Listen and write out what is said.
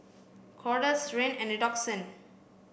Kordel's Rene and Redoxon